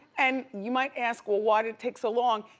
and you might ask, well why did it take so long,